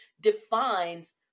defines